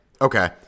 okay